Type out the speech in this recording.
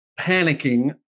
panicking